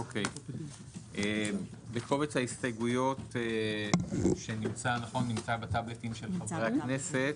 בקובץ ההסתייגויות שנמצא בטאבלטים של חברי הכנסת,